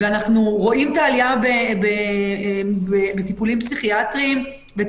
ואנחנו רואים את העלייה בטיפולים פסיכיאטריים ואת